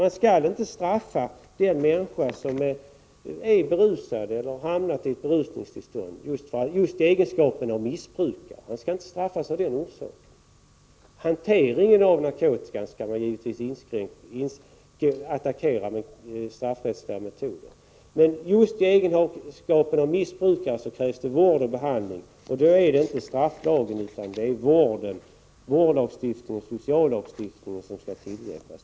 Man skall inte straffa en människa som hamnat i ett berusningstillstånd i just egenskapen av missbrukare; han skall inte straffas av den orsaken. Hanteringen av narkotika skall man givetvis attackera med straffrättsliga metoder, men just i egenskap av missbrukare skall han ha vård och behandling. Då är det inte strafflagen utan vårdlagstiftningen och sociallagstiftningen som skall tillämpas.